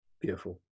beautiful